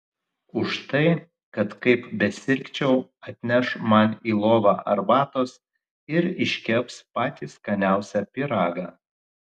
už tai kad kaip besirgčiau atneš man į lovą arbatos ir iškeps patį skaniausią pyragą